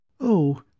Oh